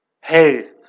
Hey